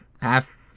half